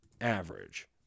average